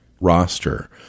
roster